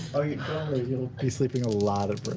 you'll be sleeping a lot at